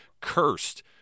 cursed